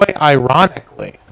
ironically